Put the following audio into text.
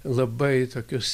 labai tokius